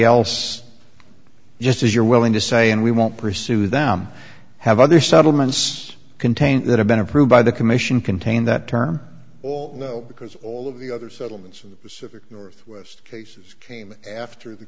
else just as you're willing to say and we won't pursue them have other settlements contained that have been approved by the commission contained that term or no because all of the other settlements in the pacific northwest cases came after the